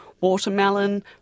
watermelon